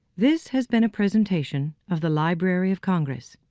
this has been a presentation of the library of congress.